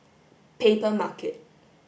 paper market